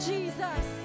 Jesus